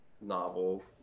novel